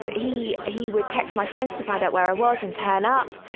ah he, he would text my friends to find out where i was and turn up.